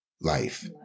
Life